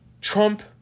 Trump